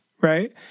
right